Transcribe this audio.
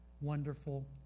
wonderful